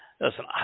Listen